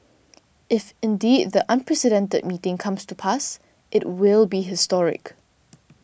if indeed the unprecedented meeting comes to pass it will be historic